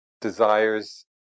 desires